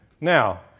Now